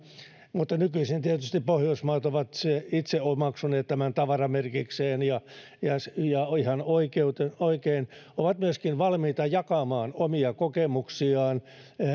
mutta nykyisin tietysti pohjoismaat ovat itse omaksuneet tämän tavaramerkikseen ja ja ihan oikein ovat myöskin valmiita jakamaan omia kokemuksiaan